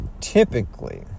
typically